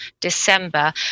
December